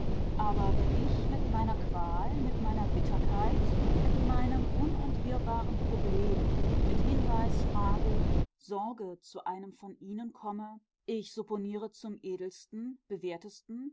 aber wenn ich mit meiner qual mit meiner bitterkeit mit meinem unentwirrbaren problem mit hinweis frage sorge zu einem von ihnen komme ich supponiere zum edelsten bewährtesten